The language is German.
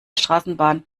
straßenbahn